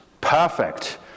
Perfect